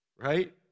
Right